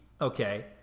okay